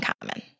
common